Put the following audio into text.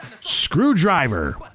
Screwdriver